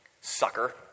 Sucker